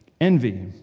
envy